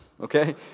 Okay